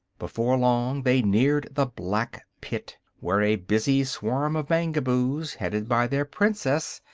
before long they neared the black pit, where a busy swarm of mangaboos, headed by their princess,